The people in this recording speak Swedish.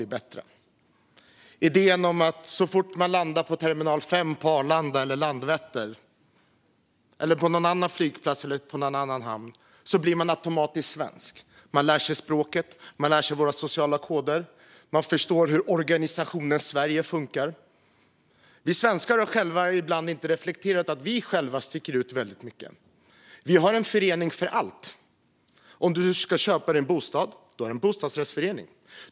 Det finns en idé om att så fort man landar på Arlanda, Landvetter eller någon annan flygplats eller går i land i någon hamn blir man automatiskt svensk, lär sig språket och våra sociala koder och förstår hur organisationen Sverige funkar. Vi svenskar har ibland inte själva reflekterat över att vi sticker ut väldigt mycket. Vi har föreningar för allt. Om du ska köpa dig en bostad ska du vara med i en bostadsrättsförening.